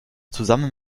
zusammen